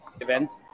Events